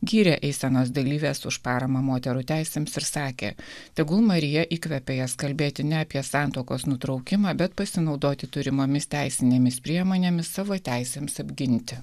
gyrė eisenos dalyves už paramą moterų teisėms ir sakė tegul marija įkvepia jas kalbėti ne apie santuokos nutraukimą bet pasinaudoti turimomis teisinėmis priemonėmis savo teisėms apginti